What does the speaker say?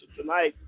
tonight